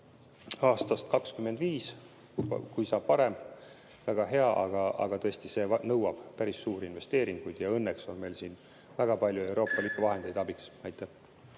aastast 2025, kui saab varem, on väga hea, aga see nõuab päris suuri investeeringuid. Õnneks on meil väga palju Euroopa Liidu vahendeid abiks. Aitäh!